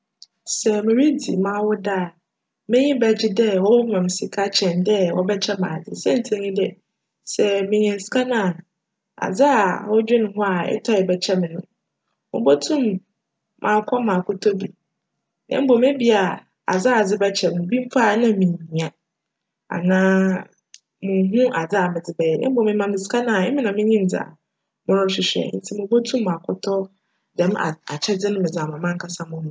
Sj miridzi m'awoda a m'enyi bjgye dj wcbjma me sika kyen dj wcbjkyj me adze siantsir nye dj, sj me nya sika no a, adze a cwo dwen ho a etce bjkyjj me no, mobotum akc akctc bi na mbom ebia adze a edze bjkyj me no, bi mpo a nna minnhia anaa munnhu adze a medze bjyj mbom ema me sika no a, emi na minyim dza morohwehwj ntsi mobotum akctc djm akyjdze no dze ama mo ho.